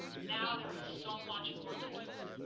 now there is so much more to do.